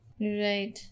Right